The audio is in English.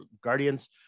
guardians